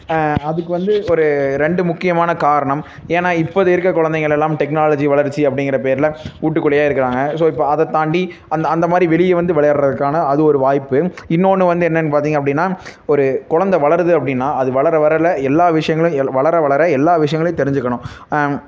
அதுக்கு வந்து ஒரு ரெண்டு முக்கியமான காரணம் ஏன்னால் இப்போது இருக்க குழந்தைங்கள் எல்லாம் டெக்னாலஜி வளர்ச்சி அப்படிங்கிற பேரில் வீட்டுக்குள்ளேயே இருக்கிறாங்க ஸோ இப்போ அதை தாண்டி அந்த அந்த மாதிரி வெளியே வந்து விளையாட்றதுக்கான அது ஒரு வாய்ப்பு இன்னோன்று வந்து என்னென்னு பார்த்திங்க அப்படின்னா ஒரு குழந்த வளருது அப்படின்னா அது வளர வரல எல்லா விஷயங்களும் எல் வளர வளர எல்லா விஷயங்களையும் தெரிஞ்சுக்கணும்